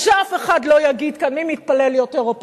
ושאף אחד לא יגיד כאן מי מתפלל יותר או פחות,